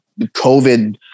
COVID